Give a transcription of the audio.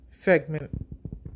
segment